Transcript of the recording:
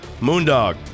Moondog